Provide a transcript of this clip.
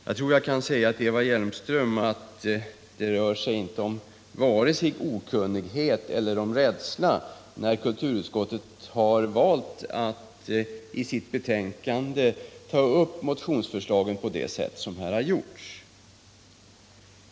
Jag kan säga till Eva Hjelmström att det inte beror på vare sig okunnighet eller rädsla när kulturutskottet har valt att i sitt betänkande ta upp motionsförslagen på det sätt som skett.